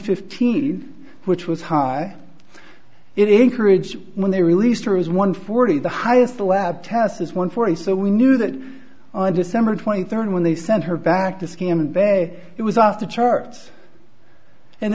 fifteen which was high it encouraged when they released her is one forty the highest the lab test is one forty so we knew that on december twenty third when they sent her back to skin bay it was off the charts and